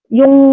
yung